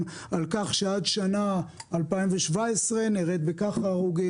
על כך שעד שנת 2017 נרד לכך וכך הרוגים,